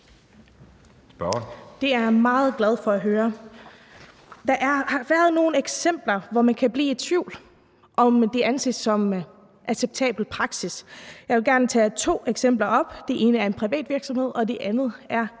Det er jeg meget glad for at høre. Der har været nogle eksempler, hvor man kan blive i tvivl om, hvorvidt det er anset som acceptabel praksis. Jeg vil gerne tage to eksempler op. Det ene er fra en privat virksomhed, og det andet er